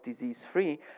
disease-free